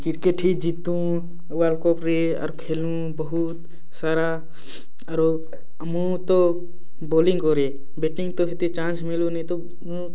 cricket ହିଁ ଜିତୁଁ world cup ରେ ଆର୍ ଖେଲୁଁ ବହୁତ୍ ସାରା ଆରୁ ମୁଁ ତ ବୋଲିଂ କରେ ବେଟିଂ ତ ହେତେ ଚାନ୍ସ ମିଳୁନି ତ ମୁଁ